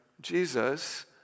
Jesus